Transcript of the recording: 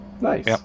Nice